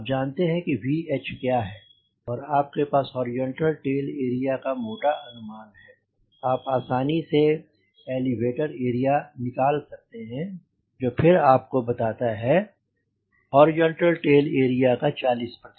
आप जानते हैं कि VH क्या है और आपके पास हॉरिजॉन्टल टेल एरिया का मोटा अनुमान है आप आसानी से एलीवेटर एरिया निकल सकते हैं जो फिर आपको बताता है हॉरिजॉन्टल टेल एरिया का 40